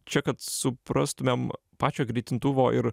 čia kad suprastumėm pačio greitintuvo ir